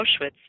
Auschwitz